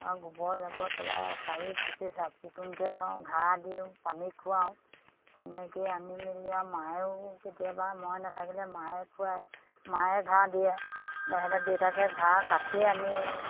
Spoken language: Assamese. গোবৰ জাবৰ পেলাই শাৰী পুচি চাফ চিকুণকে থওঁ ঘাঁহ দিওঁ পানী খুৱাওঁ তেনেকে আনি মেলি আও মায়েও কেতিয়াবা মই নাথাকিলে মায়ে খুৱাই মায়ে ঘাঁহ দিয়ে তেহেঁতৰ দেতাকে ঘাঁহ কাটি আনি